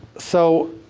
so,